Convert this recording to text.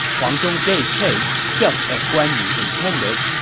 huang zhong gave chase, just as guan yu intended.